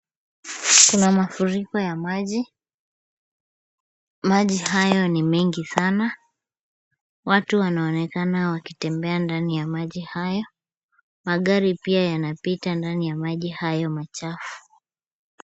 Kuna mafuriko ya maji, maji hayo ni mengi sana, watu wanaonekana wakitembea ndani ya maji hayo, magari pia yanapita ndani ya maji hayo machafu.